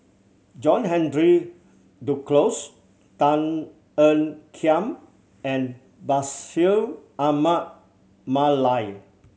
John Henry Duclos Tan Ean Kiam and Bashir Ahmad Mallal